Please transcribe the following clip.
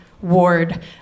ward